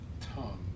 tongue